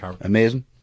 Amazing